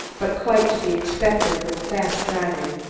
but quite to be expected with fast driving.